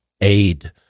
aid